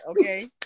okay